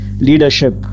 leadership